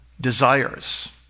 desires